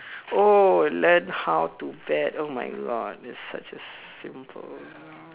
oh learn how to bet oh my God it's such a simple